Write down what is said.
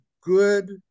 good